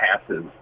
passes